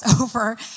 over